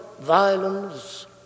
violence